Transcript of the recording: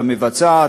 למבצעת,